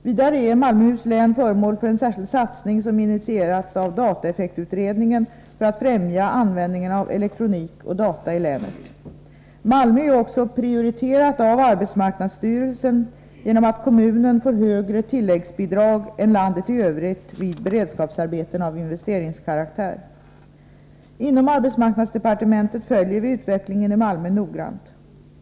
Vidare är Malmöhus län föremål för en särskild satsning som initierats av dataeffektutredningen för att främja användningen av elektronik och data i länet. Malmö är också prioriterat av arbetsmarknadsstyrelsen genom att kommunen får högre tilläggsbidrag än landet i övrigt vid beredskapsarbeten av investeringskaraktär. Inom arbetsmarknadsdepartementet följer vi utvecklingen i Malmö noggrant.